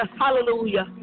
hallelujah